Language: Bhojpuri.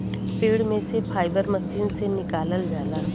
पेड़ में से फाइबर मशीन से निकालल जाला